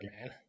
man